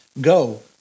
go